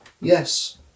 Yes